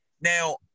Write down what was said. now